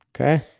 Okay